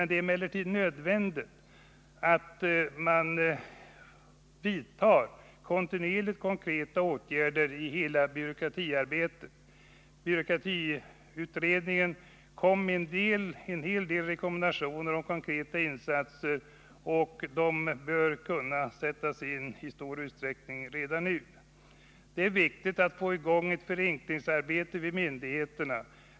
Det är emellertid nödvändigt att man kontinuerligt vidtar konkreta åtgärder i hela byråkratiarbetet. Byråkratiutredningen kom med en hel del rekommendationer om konkreta insatser, och de bör kunna sättas in i stor utsträckning redan nu. Det är viktigt att få i gång ett förenklingsarbete vid myndigheterna.